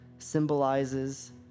symbolizes